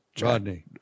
Rodney